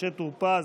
משה טור פז,